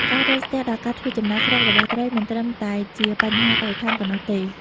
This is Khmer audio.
ការរាំងស្ទះដល់ការធ្វើចំណាកស្រុករបស់ត្រីមិនត្រឹមតែជាបញ្ហាបរិស្ថានប៉ុណ្ណោះទេ។